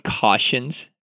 cautions